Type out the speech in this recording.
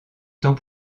temps